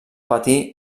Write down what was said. patí